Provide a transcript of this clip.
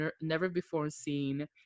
never-before-seen